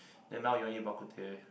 then now you want eat Bak-Kut-Teh